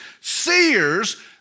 seers